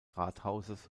rathauses